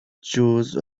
chose